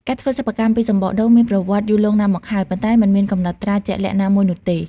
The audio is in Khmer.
ការធ្វើសិប្បកម្មពីសំបកដូងមានប្រវត្តិយូរលង់ណាស់មកហើយ ប៉ុន្តែមិនមានកំណត់ត្រាជាក់លាក់ណាមួយនោះទេ។